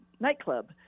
nightclub